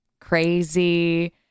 crazy